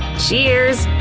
cheers!